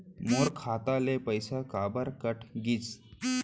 मोर खाता ले पइसा काबर कट गिस?